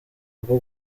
bwo